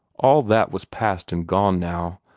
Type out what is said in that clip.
all that was past and gone now.